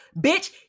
bitch